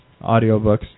audiobooks